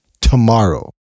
tomorrow